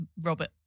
Robert